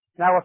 Now